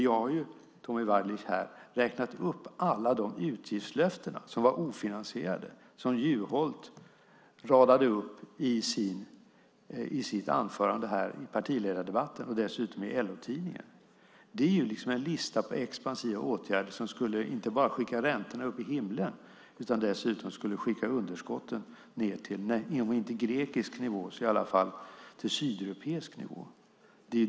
Jag har räknat upp alla de utgiftslöften, ofinansierade sådana, som Juholt radade upp i sitt anförande i partiledardebatten och dessutom i LO-tidningen. Det är en lista på expansiva åtgärder som inte bara skulle skicka räntorna upp i himlen utan dessutom skicka underskotten till om inte grekisk så i alla fall sydeuropeisk nivå.